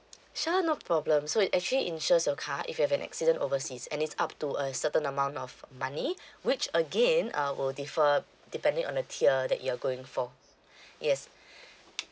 sure no problem so it actually insures your car if you have an accident overseas and it's up to a certain amount of money which again uh will differ depending on the tier that you're going for yes